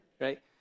Right